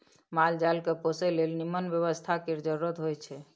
माल जाल केँ पोसय लेल निम्मन बेवस्था केर जरुरत होई छै